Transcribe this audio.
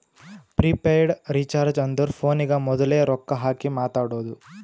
prepaid recharge ಅಂದುರ್ ಫೋನಿಗ ಮೋದುಲೆ ರೊಕ್ಕಾ ಹಾಕಿ ಮಾತಾಡೋದು